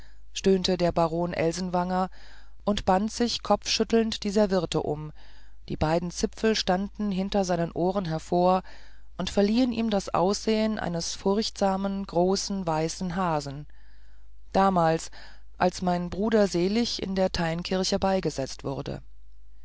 stöhnte der baron elsenwanger und band sich kopfschüttelnd die serviette um die beiden zipfel standen hinter seinen ohren hervor und verliehen ihm das aussehen eines furchtsamen großen weißen hasen damals als mein bruder selig in der teinkirche beigesetzt wurde